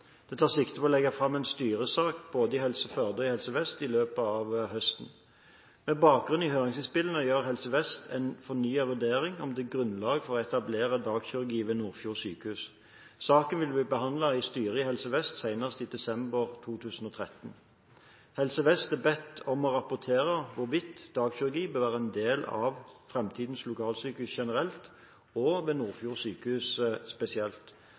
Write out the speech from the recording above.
Det tas sikte på å legge fram en styresak både i Helse Førde og i Helse Vest i løpet av høsten. Med bakgrunn i høringsinnspillene gjør Helse Vest en fornyet vurdering av om det er grunnlag for å etablere dagkirurgi ved Nordfjord sjukehus. Saken vil bli behandlet i styret i Helse Vest senest i desember 2013. Helse Vest er bedt om å rapportere hvorvidt dagkirurgi bør være en del av «fremtidens lokalsykehus» generelt og ved Nordfjord sjukehus spesielt.